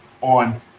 on